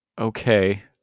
okay